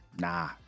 Nah